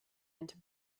into